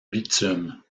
bitume